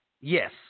Yes